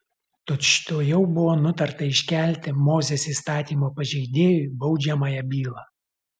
tučtuojau buvo nutarta iškelti mozės įstatymo pažeidėjui baudžiamąją bylą